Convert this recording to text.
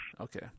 Okay